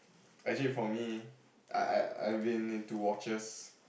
actually for me I I I've been into watches